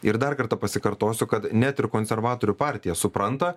ir dar kartą pasikartosiu kad net ir konservatorių partija supranta